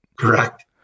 Correct